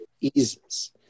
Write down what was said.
eases